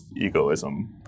egoism